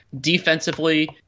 defensively